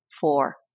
four